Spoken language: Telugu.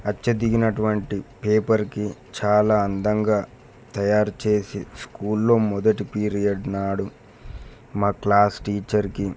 అచ్చు దిగినటువంటి పేపర్కి చాలా అందంగా తయారు చేసి స్కూల్లో మొదటి పీరియడ్ నాడు మా క్లాస్ టీచర్కి